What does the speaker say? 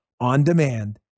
on-demand